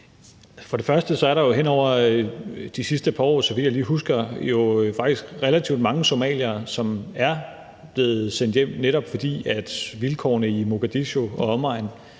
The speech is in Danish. For det første er der hen over de sidste par år, så vidt jeg lige husker, jo faktisk relativt mange somaliere, som er blevet sendt hjem, netop fordi vilkårene i Mogadishu og omegn